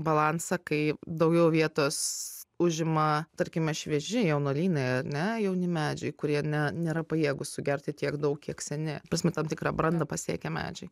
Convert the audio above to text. balansą kai daugiau vietos užima tarkime švieži jaunuolynai ar ne jauni medžiai kurie ne nėra pajėgūs sugerti tiek daug kiek seni ta prasme tam tikrą brandą pasiekę medžiai